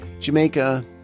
Jamaica